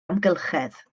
amgylchedd